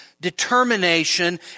determination